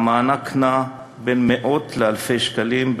והמענק נע בין מאות לאלפי שקלים,